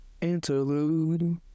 interlude